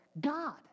God